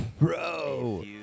Bro